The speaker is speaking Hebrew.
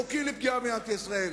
יש חוקים על פגיעה במדינת ישראל.